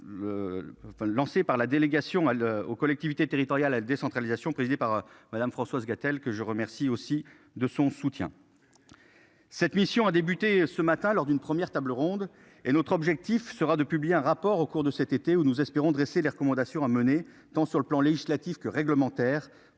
lancé par la délégation à l'aux collectivités territoriales la décentralisation présidée par Madame, Françoise Gatel, que je remercie aussi de son soutien. Cette mission a débuté ce matin lors d'une première, tables rondes et notre objectif sera de publier un rapport au cours de cet été où nous espérons dresser les recommandations à mener tant sur le plan législatif que réglementaires